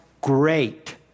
great